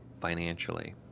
financially